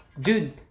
Dude